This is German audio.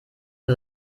für